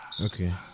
Okay